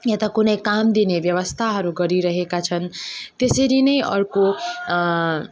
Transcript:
या त कुनै काम दिने व्यवस्थाहरू गरिरहेका छन् त्यसरी नै अर्को